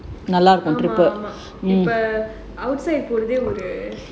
இப்ப போறதே ஒரு:ippa porathae oru